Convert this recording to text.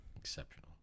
Exceptional